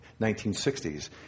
1960s